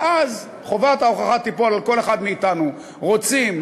ואז חובת ההוכחה תיפול על כל אחד מאתנו: רוצים,